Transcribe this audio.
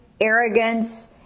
arrogance